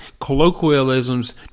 colloquialisms